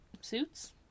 suits